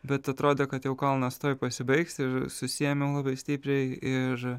bet atrodė kad jau kalnas tuoj pasibaigs ir susiėmiau labai stipriai ir